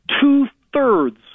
two-thirds